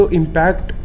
impact